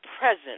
present